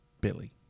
Billy